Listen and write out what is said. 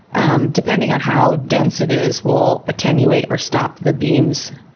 um depending on how dense it is, will attenuate or stop the beams.